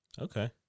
Okay